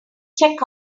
check